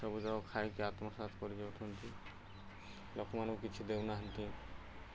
ସବୁତକ ଖାଇକି ଆତ୍ମସାତ୍ କରି ଯାଉଛନ୍ତି ଲୋକମାନଙ୍କୁ କିଛି ଦେଉନାହାନ୍ତି